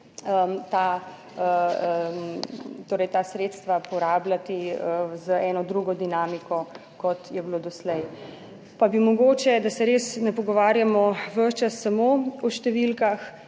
ta sredstva porabljati z eno drugo dinamiko kot je bilo doslej. Pa bi mogoče, da se res ne pogovarjamo ves čas samo o številkah,